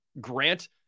grant